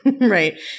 right